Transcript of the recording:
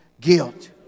Guilt